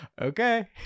Okay